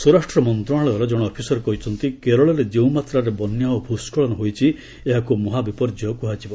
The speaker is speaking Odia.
ସ୍ୱରାଷ୍ଟ୍ରମନ୍ତ୍ରଣାଳୟର ଜଣେ ଅଫିସର କହିଛନ୍ତି କେରଳରେ ଯେଉଁ ମାତ୍ରାରେ ବନ୍ୟାଓ ଭ୍ରସ୍କଳନ ହୋଇଛି ଏହାକୁ ମହା ବିପର୍ଯ୍ୟୟ କୁହାଯିବ